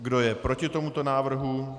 Kdo je proti tomuto návrhu?